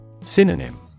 Synonym